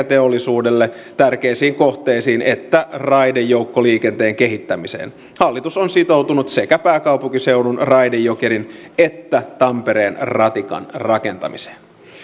teollisuudelle tärkeisiin kohteisiin että raidejoukkoliikenteen kehittämiseen hallitus on sitoutunut sekä pääkaupunkiseudun raide jokerin että tampereen ratikan rakentamiseen